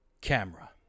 camera